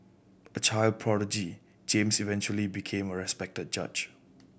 a child prodigy James eventually became a respected judge